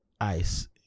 ice